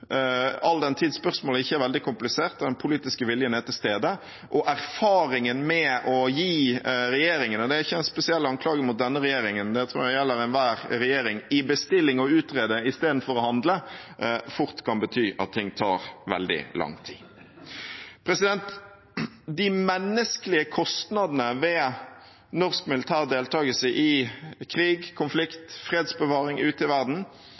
all den tid spørsmålet ikke er veldig komplisert, og den politiske viljen er til stede. Og erfaringen med å gi regjeringen i bestilling å utrede istedenfor å handle – og det er ikke en spesiell anklage mot denne regjeringen, det tror jeg gjelder enhver regjering – er at det fort kan bety at ting tar veldig lang tid. De menneskelige kostnadene ved norsk militær deltakelse i krig, konflikt og fredsbevaring ute i verden